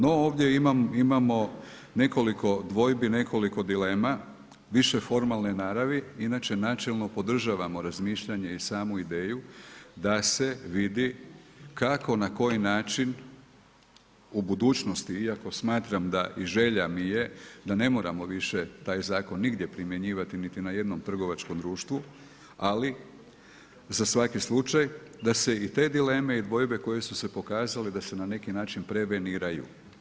No ovdje imamo nekoliko dvojbi, nekoliko dilema, više formalne naravi, inače načelno podržavamo razmišljanje i samu ideju da se vidi kako na koji način u budućnosti iako smatram da i želja mi je, da ne moramo više taj zakon nigdje primjenjivati niti na jednom trgovačkom društvu, ali za svaki slučaj da se i te dileme i dvojbe koje su se pokazale da se na neki način preveniraju.